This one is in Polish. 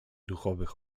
duchowych